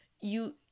you-